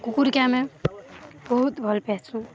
କୁକୁରକୁ ଆମେ ବହୁତ ଭଲ ପାଉଛୁ